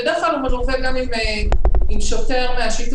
בדרך כלל הוא מלווה עם שוטר מהשיטור